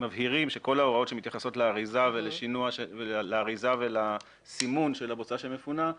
שמבהירים שכל ההוראות שמתייחסות לאריזה ולסימון של הבוצה שמפונה,